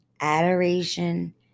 Adoration